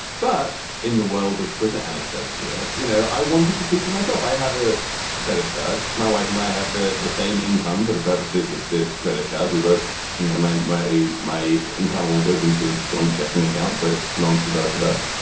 but in the world of twitter anecdote here you know i wanted to see for myself i have a credit card. my wife and i have the the same income for the purposes of this credit card. we both know yeah my my my income all goes into a joint checking account. so it belongs to both of us.